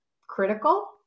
critical